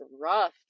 rough